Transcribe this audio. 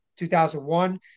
2001